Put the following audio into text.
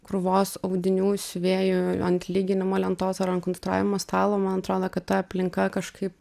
krūvos audinių siuvėjų ant lyginimo lentos ar ant konstravimo stalo man atrodo kad ta aplinka kažkaip